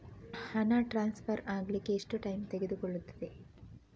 ಹಣ ಟ್ರಾನ್ಸ್ಫರ್ ಅಗ್ಲಿಕ್ಕೆ ಎಷ್ಟು ಟೈಮ್ ತೆಗೆದುಕೊಳ್ಳುತ್ತದೆ?